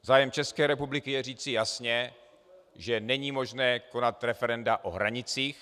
Zájem České republiky je říci jasně, že není možné konat referenda o hranicích.